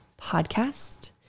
podcast